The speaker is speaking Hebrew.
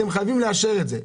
אתם חייבים לאשר את זה.